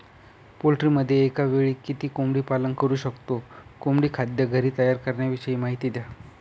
पोल्ट्रीमध्ये एकावेळी किती कोंबडी पालन करु शकतो? कोंबडी खाद्य घरी तयार करण्याविषयी माहिती द्या